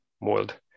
mold